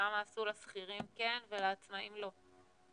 למה עשו לשכירים כן ולעצמאים לא?